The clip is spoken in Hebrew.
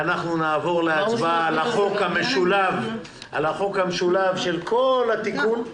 נעבור להצבעה על החוק המשולב של כל התיקון.